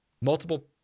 multiple